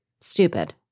stupid